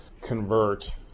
convert